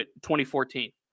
2014